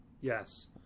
Yes